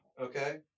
Okay